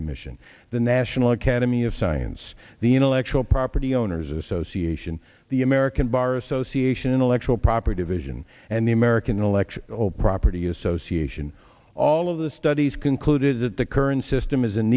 commission the national academy of science the intellectual property owners association the american bar association intellectual property vision and the american election all property association all of the studies concluded that the current system is in